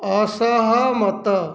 ଅସହମତ